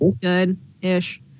Good-ish